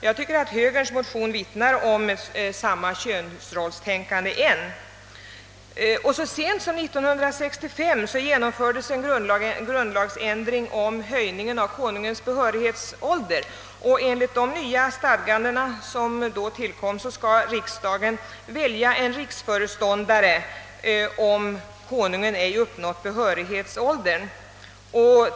Jag tycker att högerns motion vittnar om samma könsrollstänkande än i dag. Så sent som år 1965 gjordes en grundlagsändring som innebar en höjning av Konungens behörighetsålder. Enligt de nya bestämmelser som då tillkom skall riksdagen välja en riksföreståndare om Konungen ej uppnått behörighetsåldern.